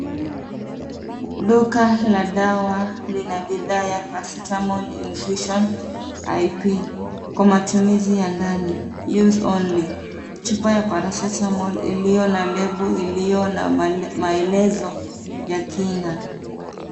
Duka la dawa lina bidhaa ya, Paracetmol Infusion IP, kwa matumizi ya ndani, use only . Chupa ya paracetamol iliyo na lebo iliyo na maelezo ya kina.